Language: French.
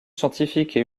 scientifique